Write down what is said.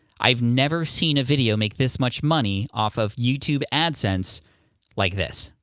i've never seen a video make this much money off of youtube adsense like this.